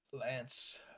Lance